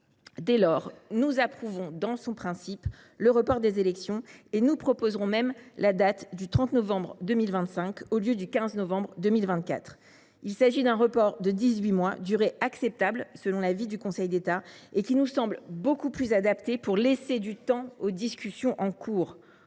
Dès lors, nous approuvons dans son principe le report des élections et nous proposerons même la date du 30 novembre 2025 au lieu du 15 décembre 2024. Il s’agirait alors d’un report de dix huit mois, une telle durée, acceptable selon l’avis du Conseil d’État, nous semblant beaucoup plus adaptée pour laisser du temps aux discussions en cours.